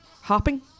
Hopping